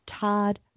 Todd